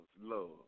love